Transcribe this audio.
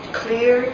clear